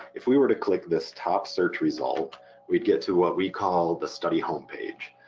if we were to click this top search result we'd get to what we call the study homepage.